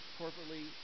corporately